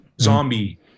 zombie